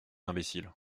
imbécile